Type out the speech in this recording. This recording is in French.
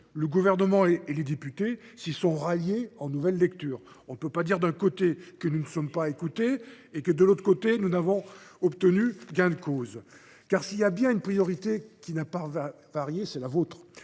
Le Gouvernement et les députés s’y sont ralliés en nouvelle lecture. Je l’ai dit ! On ne peut pas dire, d’un côté, que nous ne sommes pas écoutés et, de l’autre, que nous avons obtenu gain de cause. Car s’il est bien une priorité qui n’a pas varié, c’est la vôtre.